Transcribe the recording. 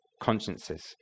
consciences